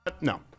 No